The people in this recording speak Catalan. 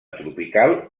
tropical